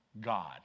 God